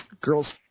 girl's